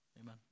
Amen